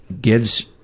gives